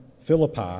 Philippi